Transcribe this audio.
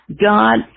God